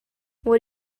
what